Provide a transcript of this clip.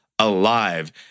Alive